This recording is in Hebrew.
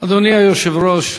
אדוני היושב-ראש,